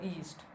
east